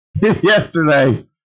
yesterday